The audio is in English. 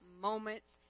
moments